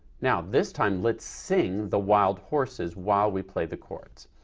now this time let's sing the wild horses while we play the chords.